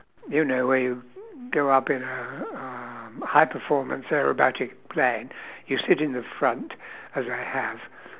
you know where you go up in a um high performance aerobatic plane you sit in the front as I have